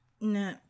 No